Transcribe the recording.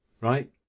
Right